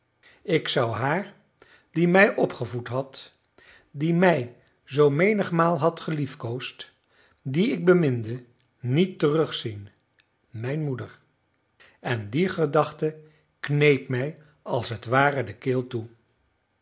ik zou haar die mij opgevoed had die mij zoo menigmaal had geliefkoosd die ik beminde niet terugzien mijn moeder en die gedachte kneep mij als het ware de keel toe